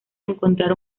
encontrar